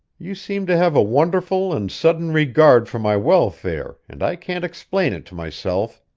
you seem to have a wonderful and sudden regard for my welfare, and i can't explain it to myself.